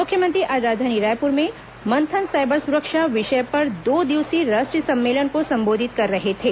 मुख्यमंत्री आज राजधानी रायपुर में मंथनः सायबर सुरक्षा विषय पर दो दिवसीय राष्ट्रीय सम्मेलन को संबोधित कर रहे थे